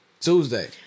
Tuesday